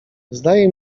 zdaje